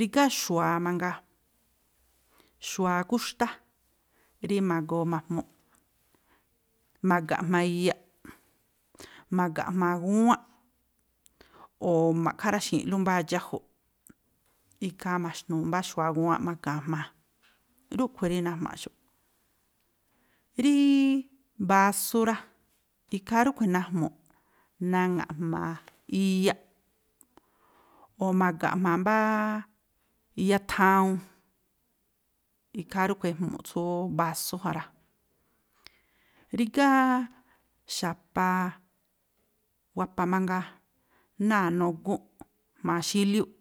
Rígá xu̱wa̱a mangaa, xu̱wa̱a kúxtá, rí ma̱goo ma̱jmuꞌ ma̱ga̱nꞌ jma̱a iyaꞌ, ma̱ga̱nꞌ jma̱a gúwánꞌ, o̱o̱ ma̱ꞌkha̱ áraxi̱i̱nꞌlú mbáá dxáju̱ꞌ, ikhaa ma̱xnu̱u̱ mbá xu̱wa̱a gúwánꞌ ma̱ga̱a̱n jma̱a, rúꞌkhui̱ rí najmaꞌxu̱ꞌ. Rííí bású rá, ikhaa rúꞌkhui̱ najmu̱ꞌ naŋa̱ꞌ jma̱a iyaꞌ, o̱ ma̱ga̱nꞌ jma̱a mbá iyathawuun, ikhaa rúꞌkhui̱ ejmu̱ꞌ tsú bású ja rá. Rígá xa̱pa wapa mangaa náa̱ nugúnꞌ jma̱a xíliúꞌ.